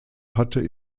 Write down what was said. hatte